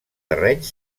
terrenys